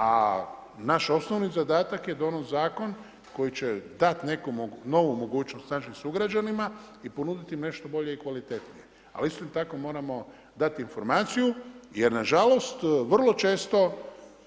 A naš osnovni zadatak je donijet zakon koji će dati neku novu mogućnost našim sugrađanima i ponuditi im nešto bolje i kvalitetnije, ali isto tako moramo dati informaciju jer na žalost, vrlo često